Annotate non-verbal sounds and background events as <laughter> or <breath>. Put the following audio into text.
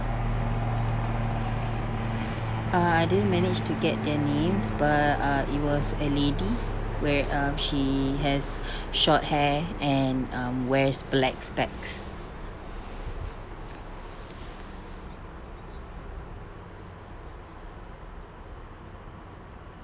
uh I didn't manage to get their names but uh it was a lady where um she has <breath> short hair and um wears black specs <breath>